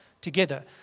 together